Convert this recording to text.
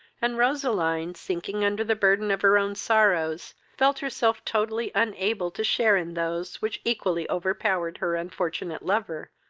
and roseline, sinking under the burthen of her own sorrows, felt herself totally unable to share in those which equally overpowered her unfortunate lover,